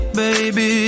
baby